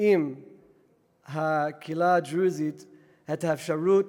עם הקהילה הדרוזית את האפשרות